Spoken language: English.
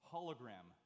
Hologram